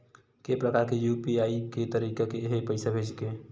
के प्रकार के यू.पी.आई के तरीका हे पईसा भेजे के?